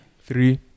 three